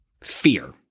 fear